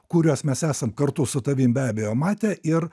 kuriuos mes esam kartu su tavim be abejo matę ir